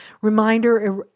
reminder